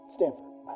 Stanford